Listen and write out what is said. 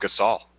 Gasol